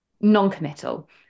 non-committal